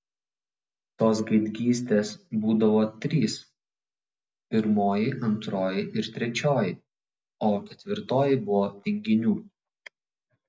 tos gaidgystės būdavo trys pirmoji antroji ir trečioji o ketvirtoji buvo tinginių